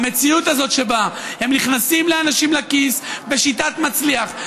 המציאות הזאת שבה הם נכנסים לאנשים לכיס בשיטת מצליח,